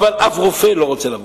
אבל אף רופא לא רוצה לבוא.